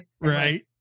right